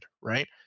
right